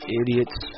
idiots